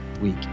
week